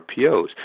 RPOs